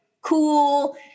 cool